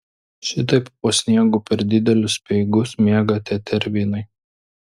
šitaip po sniegu per didelius speigus miega tetervinai